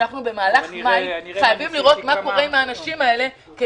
אנחנו במהלך מאי חייבים לראות מה קורה עם האנשים האלה כי